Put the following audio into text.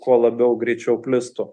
kuo labiau greičiau plistų